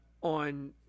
on